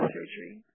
Surgery